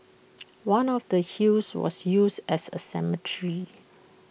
one of the hills was used as A cemetery